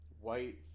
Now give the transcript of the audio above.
white